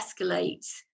escalate